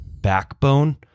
backbone